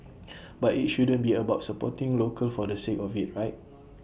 but IT shouldn't be about supporting local for the sake of IT right